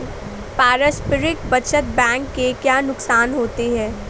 पारस्परिक बचत बैंक के क्या नुकसान होते हैं?